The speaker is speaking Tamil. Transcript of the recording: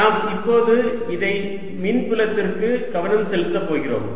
நாம் இப்போது இதை மின்புலத்திற்கு கவனம் செலுத்த போகிறோம்